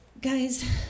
Guys